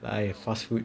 I have fast food